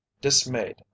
dismayed